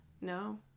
No